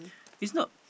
is not